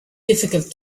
difficult